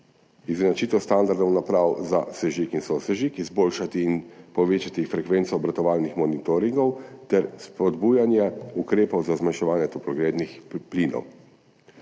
izenačitev standardov naprav za sežig in sosežig, izboljšati in povečati frekvenco obratovalnih monitoringov ter spodbujanje ukrepov za zmanjševanje toplogrednih plinov.